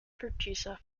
producer